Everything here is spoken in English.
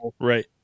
Right